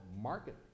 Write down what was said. market